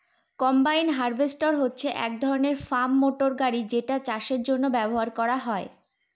combine harvester হচ্ছে এক ধরনের ফার্ম মটর গাড়ি যেটা চাষের জন্য ব্যবহার করা হয়